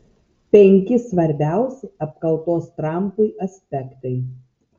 penki svarbiausi apkaltos trampui aspektai